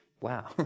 Wow